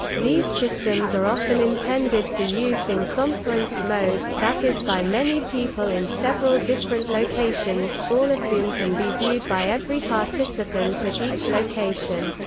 these systems are often intended for use in conference mode, that is by many people in several different locations, all of whom can be viewed by every participant at each location.